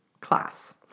class